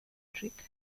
trick